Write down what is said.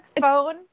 phone